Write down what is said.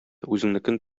үзеңнекен